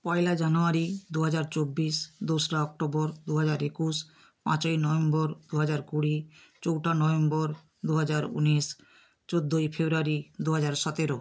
পয়লা January দু হাজার চব্বিশ দোসরা অক্টোবর দু হাজার একুশ পাঁচই নভেম্বর দু হাজার কুড়ি চৌঠা নভেম্বর দু হাজার উনিশ চোদ্দোই ফেব্রুয়ারি দু হাজার সতেরো